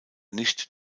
nicht